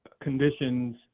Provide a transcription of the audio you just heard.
conditions